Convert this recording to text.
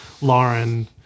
Lauren